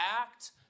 act